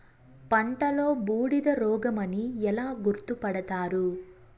పంటలో బూడిద రోగమని ఎలా గుర్తుపడతారు?